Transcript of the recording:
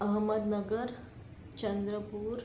Ahmednagar Chandrapur